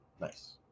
nice